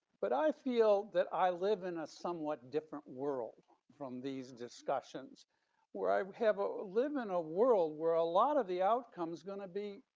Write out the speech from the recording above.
but i feel that i live in a somewhat different world from these discussions where i have ah live in a world where a lot of the outcomes gonna be